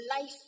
life